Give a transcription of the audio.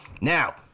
Now